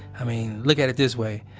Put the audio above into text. i mean, look at it this way.